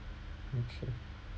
okay